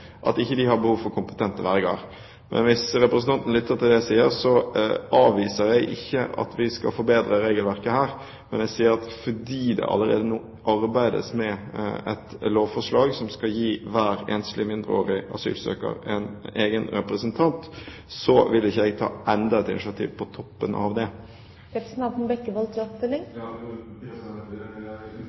at de ikke har behov for kompetente verger. Hvis representanten lytter til det jeg sier, avviser jeg ikke at vi skal forbedre regelverket her, men jeg sier at siden det nå arbeides med et lovforslag som skal gi hver enslig mindreårig asylsøker en egen representant, vil jeg ikke ta enda et initiativ på toppen av det. Jeg lyttet til